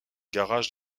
garage